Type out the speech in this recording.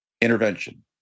intervention